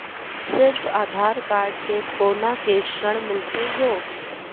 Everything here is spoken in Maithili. सिर्फ आधार कार्ड से कोना के ऋण मिलते यो?